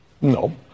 No